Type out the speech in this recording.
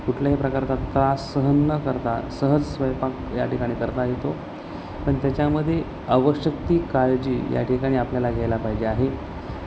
कुठल्याही प्रकारचा त्रास सहन न करता सहज स्वयंपाक याठिकाणी करता येतो पण त्याच्यामध्ये आवश्यक ती काळजी या ठिकाणी आपल्याला घ्यायला पाहिजे आहे